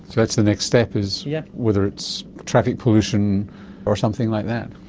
that's the next step, is yeah whether it's traffic pollution or something like that.